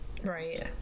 right